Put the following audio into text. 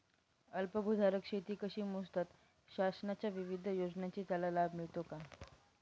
अल्पभूधारक शेती कशी मोजतात? शासनाच्या विविध योजनांचा त्याला लाभ मिळतो का?